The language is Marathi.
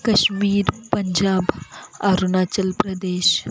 काश्मीर पंजाब अरुणाचल प्रदेश